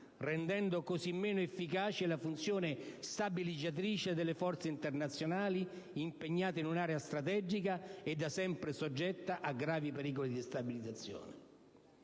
rendendo così meno efficace la funzione stabilizzatrice delle forze internazionali impiegate in un'area strategica e da sempre soggetta a gravi pericoli di destabilizzazione.